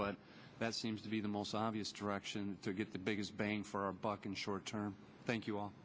but that seems to be the most obvious direction to get the biggest bang for our buck in short term thank you all